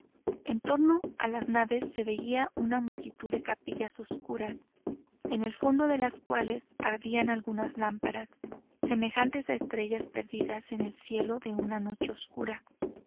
en torno a las naves se veía una multitud de capillas oscuras en el fondo de las cuales ardían algunas lámparas semejantes a estrellas perdidas en el cielo de una noche oscura